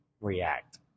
react